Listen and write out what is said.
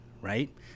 right